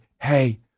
hey